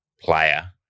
player